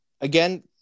Again